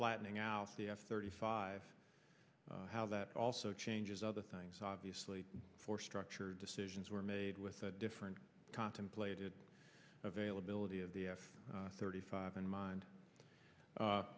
flattening out the f thirty five how that also changes other things obviously force structure decisions were made with the different contemplated availability of the f thirty five in mind